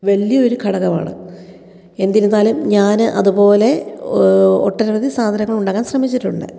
വലിയ ഒരു ഘടകമാണ് എന്നിരുന്നാലും ഞാൻ അതുപോലെ ഒട്ടനവധി സാധനങ്ങള് ഉണ്ടാക്കാന് ശ്രമിച്ചിട്ടുണ്ട്